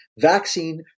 vaccine